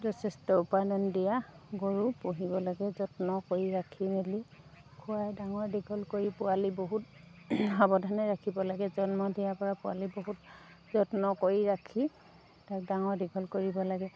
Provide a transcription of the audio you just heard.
যথেষ্ট উৎপাদন দিয়া গৰু পুহিব লাগে যত্ন কৰি ৰাখি মেলি খুৱাই ডাঙৰ দীঘল কৰি পোৱালি বহুত সাৱধানে ৰাখিব লাগে জন্ম দিয়াৰ পৰা পোৱালি বহুত যত্ন কৰি ৰাখি তাক ডাঙৰ দীঘল কৰিব লাগে